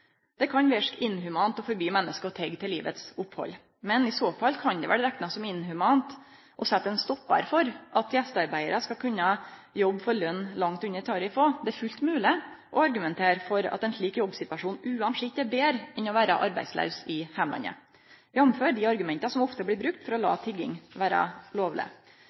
Det kan verke inhumant å forby menneske å tigge til livets opphald, men i så fall kan det vel reknast som inhumant å setje ein stoppar for at gjestearbeidarar skal kunne jobbe for lønn langt under tariff, også. Det er fullt mogleg å argumentere for at ein slik jobbsituasjon uansett er betre enn å vere arbeidslaus i heimlandet, jf. dei argumenta som ofte blir brukte for å la tigging vere lovleg.